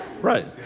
Right